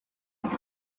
dore